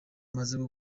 maze